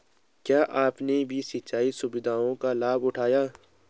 क्या आपने भी सिंचाई सुविधाओं का लाभ उठाया